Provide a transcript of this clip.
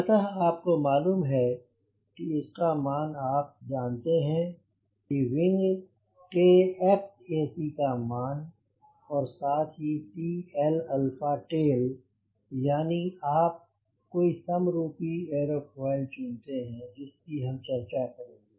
अतः आपको मालूम है इसका मान आप जानते हैं कि विंग के Xac मान और साथ ही CL tail यानी आप कोई समरूपी एयरोफॉयल चुनते हैं जिसकी हम चर्चा करेंगे